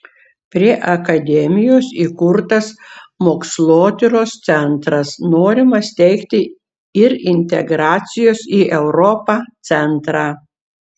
prie akademijos įkurtas mokslotyros centras norima steigti ir integracijos į europą centrą